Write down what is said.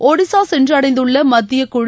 ஒடிஷா சென்றடைந்துள்ள மத்திய குழு